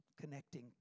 connecting